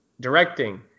directing